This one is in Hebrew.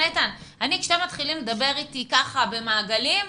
כשאתם מתחילים לדבר אתי ככה במעגלים,